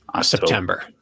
September